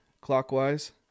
clockwise